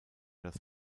das